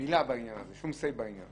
מילה בעניין הזה, שום say בעניין.